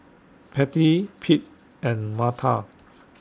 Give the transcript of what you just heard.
Patty Pete and Marta